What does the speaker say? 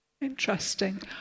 Interesting